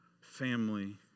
family